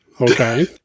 Okay